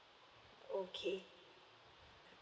okay